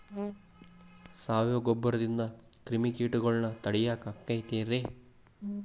ಸಾವಯವ ಗೊಬ್ಬರದಿಂದ ಕ್ರಿಮಿಕೇಟಗೊಳ್ನ ತಡಿಯಾಕ ಆಕ್ಕೆತಿ ರೇ?